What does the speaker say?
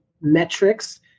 metrics